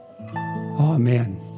Amen